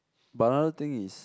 but another thing is